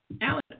Alan